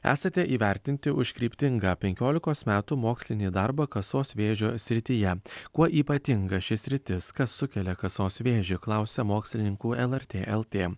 esate įvertinti už kryptingą penkiolikos metų mokslinį darbą kasos vėžio srityje kuo ypatinga ši sritis kas sukelia kasos vėžį klausia mokslininkų lrt lt